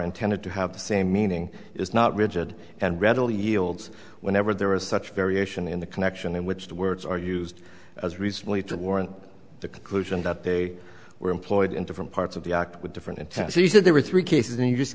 intended to have the same meaning is not rigid and readily yields whenever there is such variation in the connection in which the words are used as recently to warrant the conclusion that they were employed in different parts of the act with different and she said there were three cases and you just